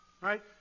right